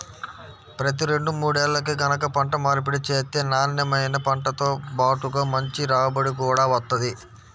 ప్రతి రెండు మూడేల్లకి గనక పంట మార్పిడి చేత్తే నాన్నెమైన పంటతో బాటుగా మంచి రాబడి గూడా వత్తది